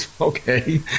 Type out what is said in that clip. Okay